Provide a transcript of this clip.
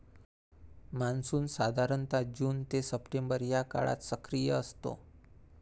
monsoon साधारणतः जून ते सप्टेंबर या काळात सक्रिय असतो